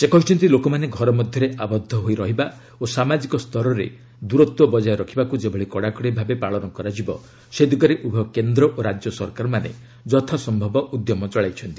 ସେ କହିଛନ୍ତି ଲୋକମାନେ ଘର ମଧ୍ୟରେ ଆବଦ୍ଧ ହୋଇ ରହିବା ଓ ସାମାଜିକ ସ୍ତରରେ ଦୂରତ୍ୱ ବକାୟ ରଖିବାକୁ ଯେଭଳି କଡ଼ାକଡ଼ି ଭାବେ ପାଳନ କରାଯିବ ସେ ଦିଗରେ ଉଭୟ କେନ୍ଦ୍ର ଓ ରାଜ୍ୟ ସରକାରମାନେ ଯଥାସ୍ୟବ ଉଦ୍ୟମ ଚଳାଇଛନ୍ତି